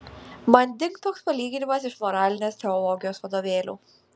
man dingt toks palyginimas iš moralinės teologijos vadovėlių